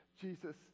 Jesus